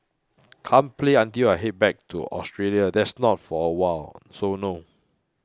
can't play until I head back to Australia that's not for awhile so no